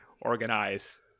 organize